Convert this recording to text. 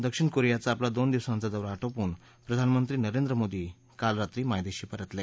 दक्षिण कोरियाचा आपला दोन दिवसांचा दौरा आटोपून प्रधानमंत्री नरेंद्र मोदी काल रात्री मायदेशी परतले